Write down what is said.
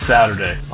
Saturday